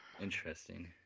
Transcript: Interesting